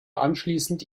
anschließend